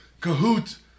Cahoots